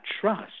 trust